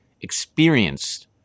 experienced